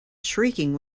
shrieking